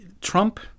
Trump